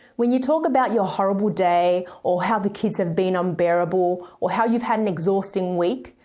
when you talk about your horrible day or how the kids have been unbearable or how you've had an exhausting week,